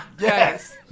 yes